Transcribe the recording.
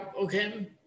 okay